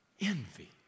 envy